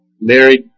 married